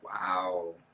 wow